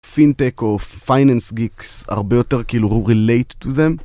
פינטק או פייננס גיקס הרבה יותר כאילו הוא relate to them